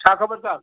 छा ख़बरचारु